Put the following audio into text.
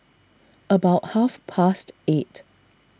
about half past eight